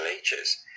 Ages